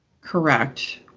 Correct